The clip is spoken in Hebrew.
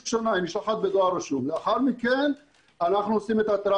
יש נוהל מחיקות של משרד הפנים אנחנו פועלים בכל הכלים האפשריים.